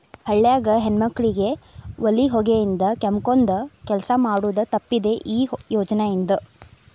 ಹಳ್ಯಾಗ ಹೆಣ್ಮಕ್ಕಳಿಗೆ ಒಲಿ ಹೊಗಿಯಿಂದ ಕೆಮ್ಮಕೊಂದ ಕೆಲಸ ಮಾಡುದ ತಪ್ಪಿದೆ ಈ ಯೋಜನಾ ಇಂದ